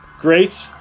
great